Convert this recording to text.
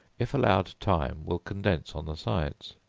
if allowed time, will condense on the sides.